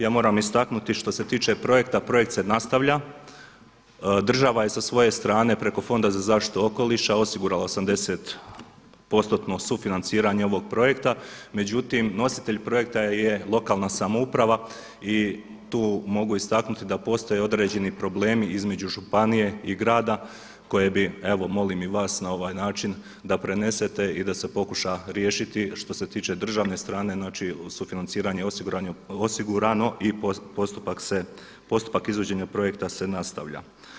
Ja moram istaknuti što se tiče projekta, projekt se nastavlja, država je sa svoje strane preko Fonda za zaštitu okoliša osigurala 80%-tno sufinanciranje ovog projekta, međutim nositelj projekta je lokalna samouprava i tu mogu istaknuti da postoje određeni problemi između županije i grada koje bi evo molim i vas na ovaj način da prenesete i da se pokuša riješiti što se tiče državne strane sufinanciranje osigurano i postupak izvođenja projekta se nastavlja.